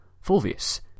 Fulvius